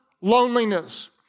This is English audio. loneliness